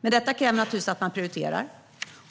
Detta kräver naturligtvis att man prioriterar.